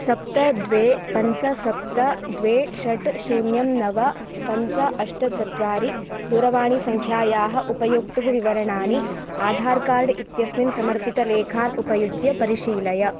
सप्त द्वे पञ्च सप्त द्वे षट् शून्यं नव पञ्च अष्ट चत्वारि दूरवाणीसङ्ख्यायाः उपयोक्तुः विवरणानि आधार् कार्ड् इत्यस्मिन् समर्पितलेखान् उपयुज्य परिशीलय